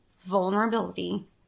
vulnerability